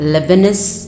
Lebanese